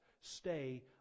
stay